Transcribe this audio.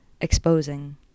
exposing